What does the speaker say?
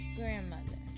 grandmother